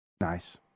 Nice